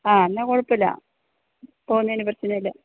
ആ എന്നാൽ കുഴപ്പമില്ല പോകുന്നതിന് പ്രശ്നമില്ല